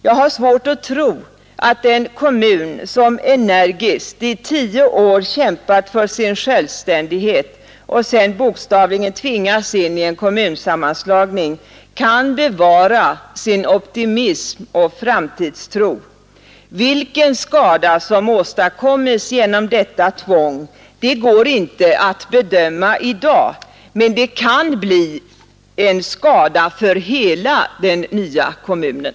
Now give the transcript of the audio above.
Jag har svårt att tro att en kommun, som energiskt i tio år kämpat för sin självständighet och som sedan bokstavligen tvingats in i en kommunsammanslagning, kan bevara sin optimism och framtidstro. Vilken skada som åstadkommes genom detta tvång går inte att bedöma i dag, men det kan bli en skada för hela den nya kommunen.